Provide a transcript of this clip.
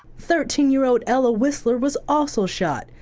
thirteen year old ella whistler was also shot.